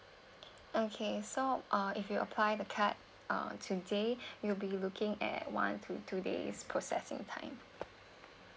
okay so uh if you apply the card uh today you will be looking at one to two days processing time